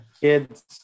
Kids